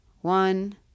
One